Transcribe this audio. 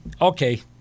Okay